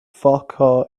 fakhar